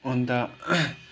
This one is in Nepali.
अन्त